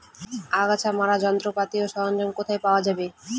আগাছা মারার যন্ত্রপাতি ও সরঞ্জাম কোথায় পাওয়া যাবে?